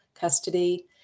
custody